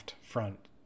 front